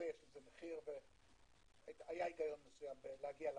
יש לזה מחיר והיה היגיון מסוים בהגעה להסכמה,